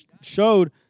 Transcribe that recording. showed